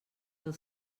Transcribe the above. del